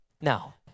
Now